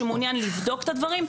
שהוא מעוניין לבדוק את הדברים.